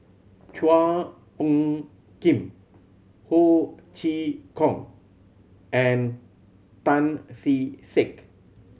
Chua Phung Kim Ho Chee Kong and Tan Kee Sek